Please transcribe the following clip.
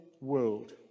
world